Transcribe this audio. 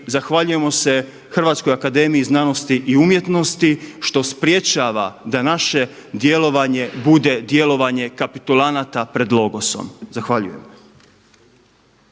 zahvaljujemo se Hrvatskoj akademiji znanosti i umjetnosti što sprječava da naše djelovanje bude djelovanje kapitulanata pred logosom. Zahvaljujem.